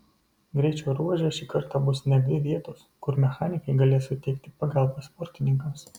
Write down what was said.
greičio ruože šį kartą bus net dvi vietos kur mechanikai galės suteikti pagalbą sportininkams